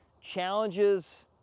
challenges